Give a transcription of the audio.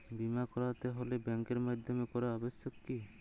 বিমা করাতে হলে ব্যাঙ্কের মাধ্যমে করা আবশ্যিক কি?